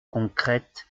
concrète